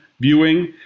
viewing